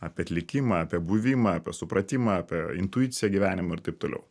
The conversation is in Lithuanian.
apie atlikimą apie buvimą apie supratimą apie intuiciją gyvenimo ir taip toliau